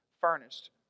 furnished